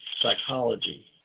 psychology